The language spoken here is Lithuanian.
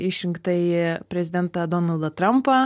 išrinktąjį prezidentą donaldą trampą